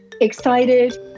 excited